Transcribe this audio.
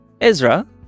Ezra